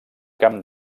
camp